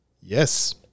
Yes